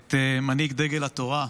את מנהיג דגל התורה,